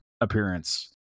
appearance